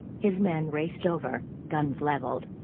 his men raced over, guns leveled,